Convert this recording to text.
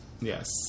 yes